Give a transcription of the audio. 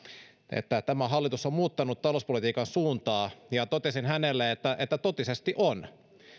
että tämä hallitus on muuttanut talouspolitiikan suuntaa totesin hänelle että että totisesti on